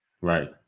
Right